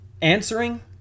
answering